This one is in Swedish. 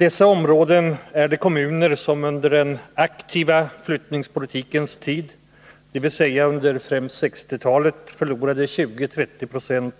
Dessa områden utgörs av kommuner som under den aktiva flyttningspolitikens tid — dvs. under främst 1960-talet — förlorade 20-30 26